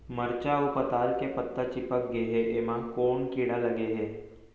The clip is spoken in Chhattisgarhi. मरचा अऊ पताल के पत्ता चिपक गे हे, एमा कोन कीड़ा लगे है?